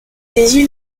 saisi